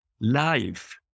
life